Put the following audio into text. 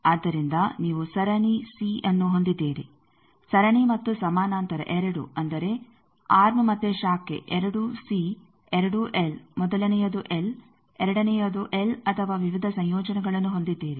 ಆದ್ದರಿಂದ ನೀವು ಸರಣಿ ಸಿ ಅನ್ನು ಹೊಂದಿದ್ದೀರಿ ಸರಣಿ ಮತ್ತು ಸಮಾನಾಂತರ ಎರಡೂ ಅಂದರೆ ಆರ್ಮ್ ಮತ್ತು ಶಾಖೆ ಎರಡೂ ಸಿ ಎರಡೂ ಎಲ್ ಮೊದಲನೆಯದು ಎಲ್ ಎರಡನೆಯದು ಎಲ್ ಅಥವಾ ವಿವಿಧ ಸಂಯೋಜನೆಗಳನ್ನು ಹೊಂದಿದ್ದೀರಿ